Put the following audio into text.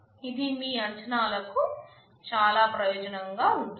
ఇది మీ అంచనాలకు చాలా ప్రయోజనకరంగా ఉంటుంది